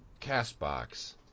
CastBox